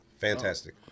Fantastic